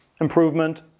improvement